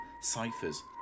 ciphers